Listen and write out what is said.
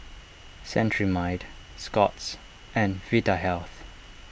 Cetrimide Scott's and Vitahealth